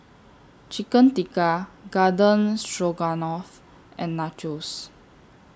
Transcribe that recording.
Chicken Tikka Garden Stroganoff and Nachos